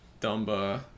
Dumba